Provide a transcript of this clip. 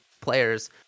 players